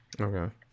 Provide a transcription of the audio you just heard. Okay